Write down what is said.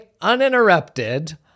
Uninterrupted